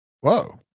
Whoa